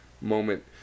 moment